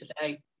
today